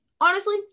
honestly-